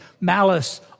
Malice